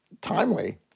timely